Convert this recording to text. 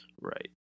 Right